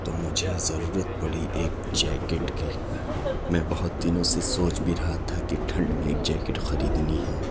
تو مجھے ضرورت پڑی ایک جیکیٹ کی میں بہت دنوں سے سوچ بھی رہا تھا کہ ٹھنڈ میں ایک جیکیٹ خریدنی ہے